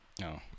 No